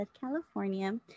California